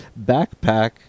backpack